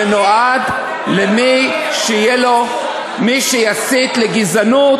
זה נועד למי שיסית לגזענות,